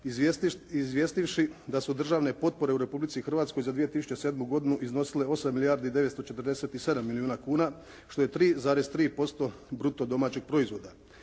izvještivši da su državne potpore u Republici Hrvatskoj za 2007. godinu iznosile 8 milijardi 947 milijuna kuna, što je 3,3% bruto domaćeg proizvoda.